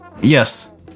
Yes